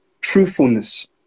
truthfulness